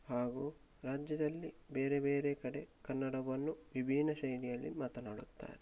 ಹಾಗೂ ರಾಜ್ಯದಲ್ಲಿ ಬೇರೆ ಬೇರೆ ಕಡೆ ಕನ್ನಡವನ್ನು ವಿಭಿನ್ನ ಶೈಲಿಯಲ್ಲಿ ಮಾತನಾಡುತ್ತಾರೆ